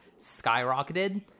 skyrocketed